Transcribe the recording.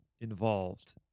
involved